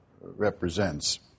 represents